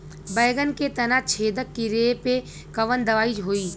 बैगन के तना छेदक कियेपे कवन दवाई होई?